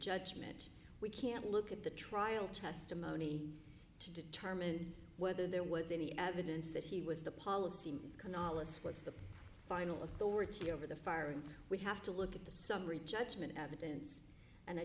judgment we can't look at the trial testimony to determine whether there was any evidence that he was the policy cannot force the final authority over the fire and we have to look at the summary judgment evidence and i